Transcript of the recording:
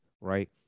right